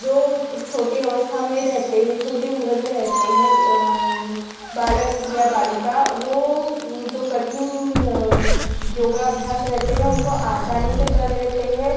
जो छोटी अवस्था में रहते है छोटी उम्र में रहते है बालक या बालिका वह जो कठिन योगाभ्यास रहते है उनको आसानी से कर लेते है